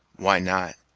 why not!